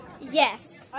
Yes